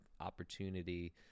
opportunity